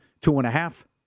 two-and-a-half